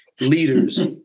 leaders